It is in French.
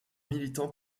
militant